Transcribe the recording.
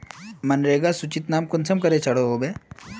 मनरेगा सूचित नाम कुंसम करे चढ़ो होबे?